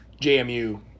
JMU